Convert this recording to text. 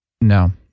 No